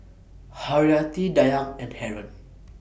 Haryati Dayang and Haron